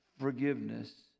forgiveness